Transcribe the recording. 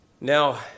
Now